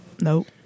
nope